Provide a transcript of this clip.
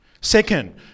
Second